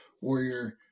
warrior